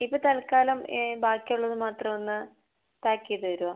ഇപ്പോൾ തൽക്കാലം ബാക്കിയുള്ളത് മാത്രം ഒന്ന് പായ്ക്ക് ചെയ്ത് തരുവോ